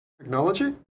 Technology